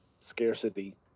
scarcity